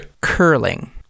curling